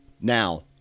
now